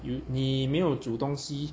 you 你没有煮东西